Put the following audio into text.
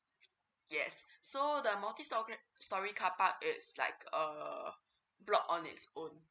yes so the multi stor~ storey carpark it's like err block on its own